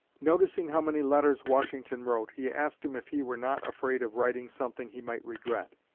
noticing how many letters washington wrote, he asked him if he were not afraid of writing something he might regret.